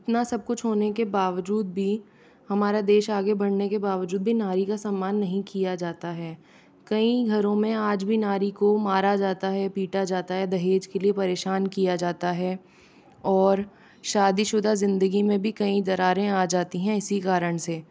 इतना सब कुछ होने के बावजूद भी हमारा देश आगे बढ़ने के बावजूद भी नारी का सम्मान नहीं किया जाता है कईं घरों में आज भी नारी को मारा जाता है पीटा जाता है दहेज के लिए परेशान किया जाता है और शादीशुदा ज़िन्दगी में भी कई दरारें आ जाती हैं इसी कारण से